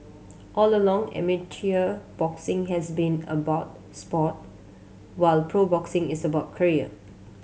all along amateur boxing has been about sport while pro boxing is about career